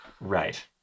Right